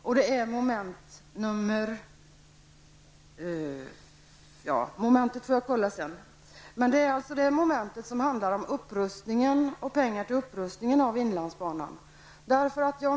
Punkten behandlas under det moment som handlar om upprustning och pengar till upprustning av inlandsbanan.